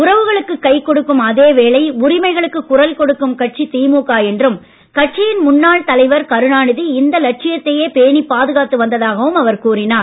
உறவுகளுக்கு கை கொடுக்கும் அதேவேளை உரிமைகளுக்கு குரல் கொடுக்கும் கட்சி திமுக என்றும் கட்சியின் முன்னாள் தலைவர் கருணாநிதி இந்த லட்சியத்தையே பேணி பாதுகாத்து வந்ததாகவும் அவர் கூறினார்